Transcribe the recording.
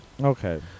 Okay